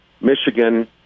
Michigan